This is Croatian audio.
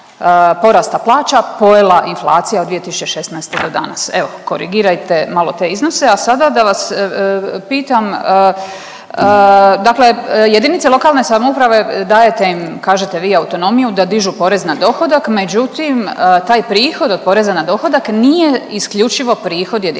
porasta plaća pojela inflacija od 2016. do danas. Evo korigirajte malo te iznose, a sada da vas pitam. Dakle, jedinice lokalne samouprave dajete im kažete vi autonomiju da dižu porez na dohodak, međutim taj prihod od poreza na dohodak nije isključivo prihod jedinica